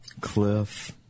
Cliff